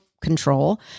control